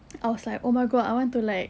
I was like oh my god I want to like